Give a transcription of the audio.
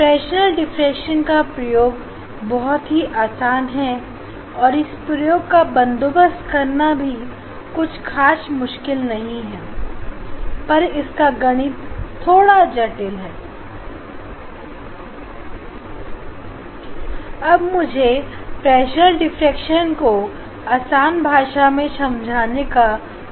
Fresnel diffraction का प्रयोग बहुत ही आसान है और इस प्रयोग का बंदोबस्त करना भी कुछ मुश्किल नहीं है बस इसका गणित थोड़ा जटिल है अब मुझे फ्रेशनल डिफ्रेक्शन को आसान भाषा में समझाने का अवसर दें